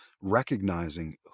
recognizing